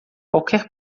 qualquer